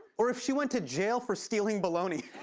or if she went to jail for stealing bologna.